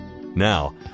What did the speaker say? Now